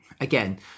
again